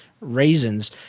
raisins